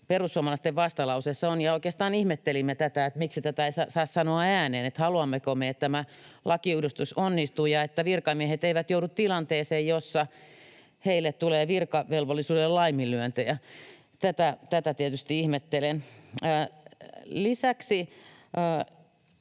perussuomalaisten vastalauseessa on. Oikeastaan ihmettelimme tätä, miksi tätä ei saa sanoa ääneen. Haluammeko me, että tämä lakiuudistus onnistuu ja että virkamiehet eivät joudu tilanteeseen, jossa heille tulee virkavelvollisuuden laiminlyöntejä? Tätä tietysti ihmettelen. Lisäksi